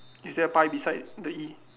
is there a pie beside the